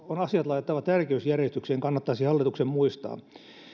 on asiat laitettava tärkeysjärjestyksen kannattaisi hallituksen muistaa